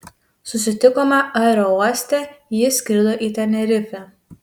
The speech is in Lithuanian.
susitikome aerouoste ji skrido į tenerifę